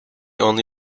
only